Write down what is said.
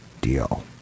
deal